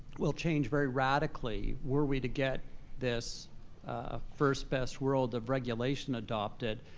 will change very radically were we to get this ah first best world of regulation adopted.